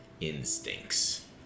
instincts